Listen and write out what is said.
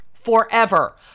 forever